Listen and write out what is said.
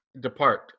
depart